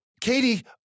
katie